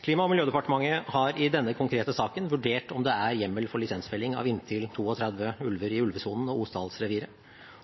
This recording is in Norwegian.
Klima- og miljødepartementet har i denne konkrete saken vurdert om det er hjemmel for lisensfelling av inntil 32 ulver i ulvesonen og Osdalsreviret,